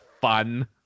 fun